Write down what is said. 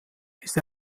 ist